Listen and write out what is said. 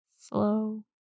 slow